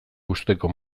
uzteko